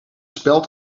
speld